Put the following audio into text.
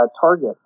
target